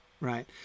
right